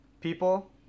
people